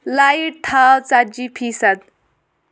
light تھاو ژتجی فی صد